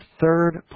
third